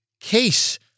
case